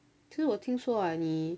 其实我听说啊你